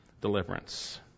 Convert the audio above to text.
Deliverance